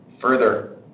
Further